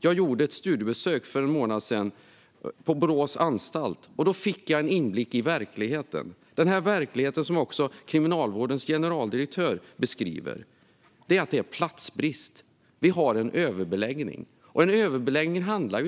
För en månad sedan gjorde jag ett studiebesök på Boråsanstalten och fick då en inblick den verklighet som Kriminalvårdens generaldirektör beskriver, nämligen platsbristen. Det råder överbeläggning, vilket innebär att